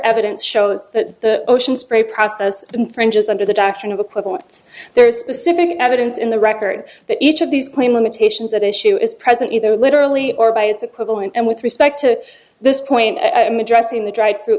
evidence shows that the ocean spray process infringes under the doctrine of equivalence there is specific evidence in the record that each of these claim limitations at issue is present either literally or by its equivalent and with respect to this point i mean dressing the drive through